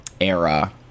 era